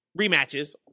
rematches